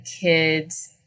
kids